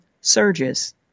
surges